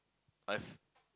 I've